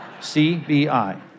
C-B-I